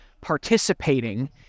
participating